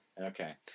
Okay